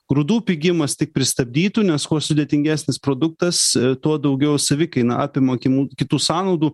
grūdų pigimas tik pristabdytų nes kuo sudėtingesnis produktas tuo daugiau savikaina apima kimų kitų sąnaudų